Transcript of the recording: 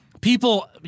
People